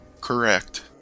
Correct